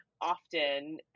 often